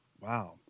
Wow